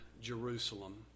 Jerusalem